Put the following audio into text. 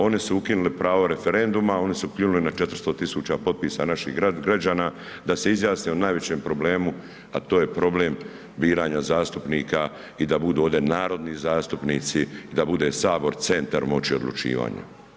Oni su ukinuli pravo referenduma, oni su ukinuli 400 tisuća potpisa naših građana da se izjasne o najvećem problemu, a to je problem biranja zastupnika i da budu ovdje narodni zastupnici i da bude Sabor centar moći odlučivanja.